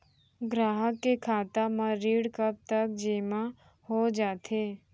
ग्राहक के खाता म ऋण कब तक जेमा हो जाथे?